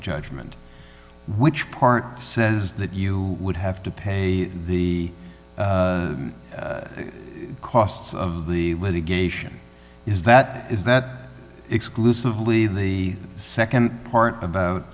judgment which part says that you would have to pay the costs of the litigation is that is that exclusively the nd part about